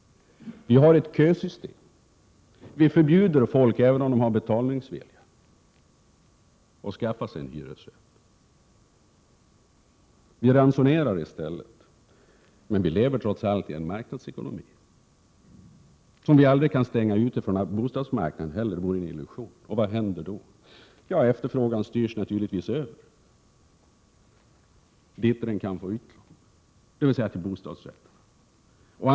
Vi har ett kösystem. Vi förbjuder människor, även om de har betalningsvilja, att skaffa sig en hyresrätt. Vi ransonerar i stället. Men vi lever trots allt i en marknadsekonomi, som vi aldrig kan stänga ute från bostadsmarknaden — det vore en illusion. Vad händer då? Ja, efterfrågan styrs naturligtvis över dit där den kan få utlopp, dvs. till bostadsrätterna.